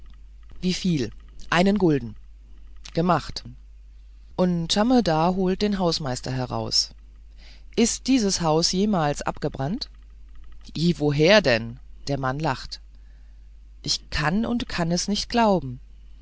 wieviel einen gulden gemacht und tschamrda holt den hausmeister heraus ist dieses haus jemals abgebrannt i woher denn der mann lacht ich kann und kann es nicht glauben